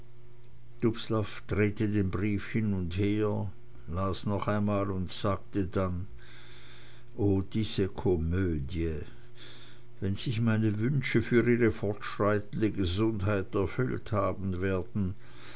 den brief hin und her las noch einmal und sagte dann oh diese komödie wenn sich meine wünsche für ihre fortschreitende gesundheit erfüllt haben werden